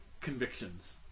convictions